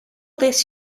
this